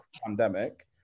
pandemic